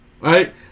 Right